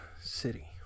City